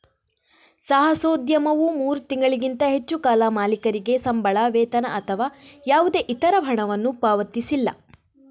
ಸಾಹಸೋದ್ಯಮವು ಮೂರು ತಿಂಗಳಿಗಿಂತ ಹೆಚ್ಚು ಕಾಲ ಮಾಲೀಕರಿಗೆ ಸಂಬಳ, ವೇತನ ಅಥವಾ ಯಾವುದೇ ಇತರ ಹಣವನ್ನು ಪಾವತಿಸಿಲ್ಲ